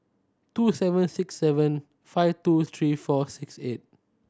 two seven six seven five two three four six eight